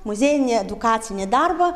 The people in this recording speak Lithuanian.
muziejinį edukacinį darbą